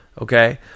Okay